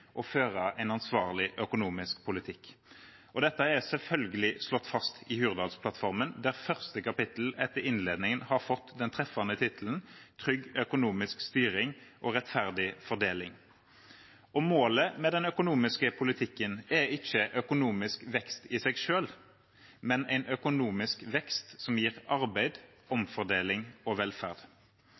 føre en ansvarlig økonomisk politikk. Dette er selvfølgelig slått fast i Hurdalsplattformen, der første kapittel etter innledningen har fått den treffende tittelen «Trygg økonomisk styring og rettferdig fordeling». Målet med den økonomiske politikken er ikke økonomisk vekst i seg selv, men en økonomisk vekst som gir arbeid, omfordeling og velferd.